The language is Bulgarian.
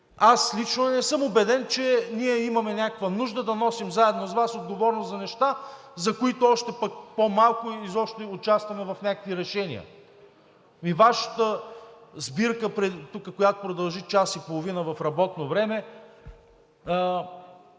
аз лично не съм убеден, че ние имаме някаква нужда да носим заедно с Вас отговорност за неща, за които още пък по-малко или изобщо да участваме в някакви решения. И на Вашата сбирка, която тук продължи час и половина в работно време,